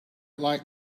like